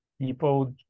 people